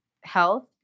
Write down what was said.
health